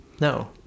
No